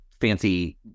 fancy